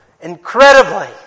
incredibly